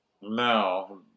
No